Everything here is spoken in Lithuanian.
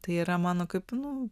tai yra mano kaip nu